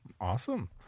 awesome